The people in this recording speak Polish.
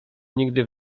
nigdy